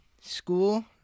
school